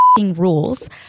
rules